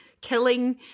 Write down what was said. killing